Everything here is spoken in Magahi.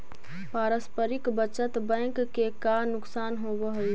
पारस्परिक बचत बैंक के का नुकसान होवऽ हइ?